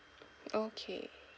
okay